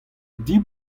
div